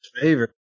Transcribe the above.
Favorite